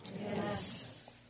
Yes